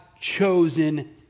chosen